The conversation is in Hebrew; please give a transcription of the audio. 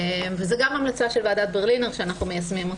זה גם המלצה של ועדת ברלינר שאנחנו מיישמים,